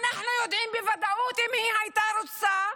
אנחנו יודעים בוודאות שאם היא הייתה רוצה,